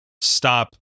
stop